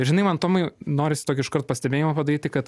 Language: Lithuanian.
ir žinai man tomai norisi tokį iškart pastebėjimą padaryti kad